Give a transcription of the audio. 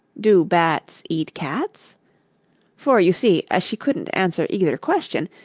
do bats eat cats for, you see, as she couldn't answer either question,